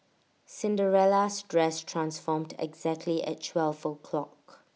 Cinderella's dress transformed exactly at twelve o'clock